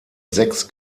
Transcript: sechs